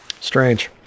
Strange